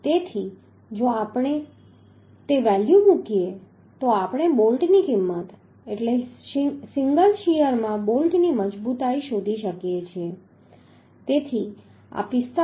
તેથી જો આપણે તે મૂલ્ય મૂકીએ તો આપણે બોલ્ટની કિંમત એટલે સિંગલ શીયરમાં બોલ્ટની મજબૂતાઈ શોધી શકીએ છીએ તેથી આ 45